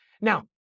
Now